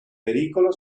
pericolo